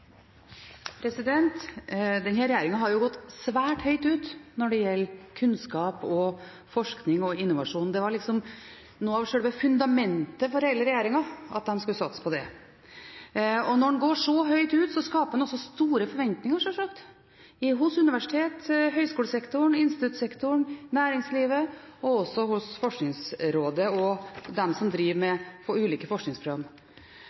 gått svært høyt ut når det gjelder kunnskap, forskning og innovasjon. Det var liksom noe av sjølve fundamentet for hele regjeringen at de skulle satse på det. Og når en går så høyt ut, skaper en sjølsagt også store forventninger hos universitetene, høyskolesektoren, instituttsektoren, næringslivet og hos Forskningsrådet og dem som driver